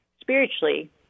spiritually